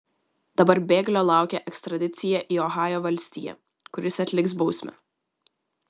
dabar bėglio laukia ekstradicija į ohajo valstiją kur jis atliks bausmę